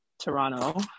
toronto